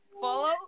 Follow